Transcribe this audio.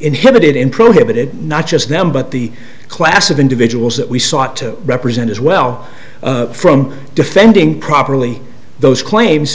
inhibited in prohibited not just them but the class of individuals that we sought to represent as well from defending properly those claims